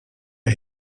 der